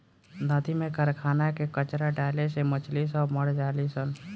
नदी में कारखाना के कचड़ा डाले से मछली सब मर जली सन